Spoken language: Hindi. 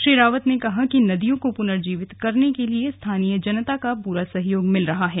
श्री रावत ने कहा कि नदियों को पुनर्जीवित करने के लिए स्थानीय जनता का पूरा सहयोग मिल रहा है